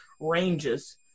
ranges